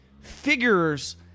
figures